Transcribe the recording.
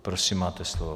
Prosím, máte slovo.